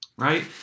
right